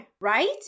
right